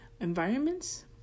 environments